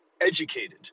educated